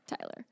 Tyler